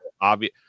obvious